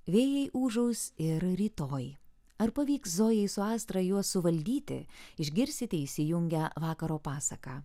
vėjai ūžaus ir rytoj ar pavyks zojai su astra juos suvaldyti išgirsite įsijungę vakaro pasaką